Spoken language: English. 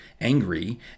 angry